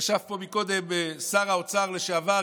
ישב פה קודם שר האוצר לשעבר,